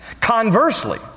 conversely